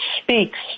speaks